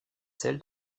celle